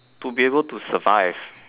to be able to survive